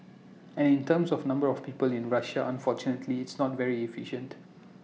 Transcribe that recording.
and in terms of number of people in Russia unfortunately it's not very efficient